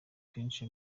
kenshi